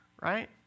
right